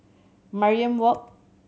Mariam Walk